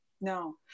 no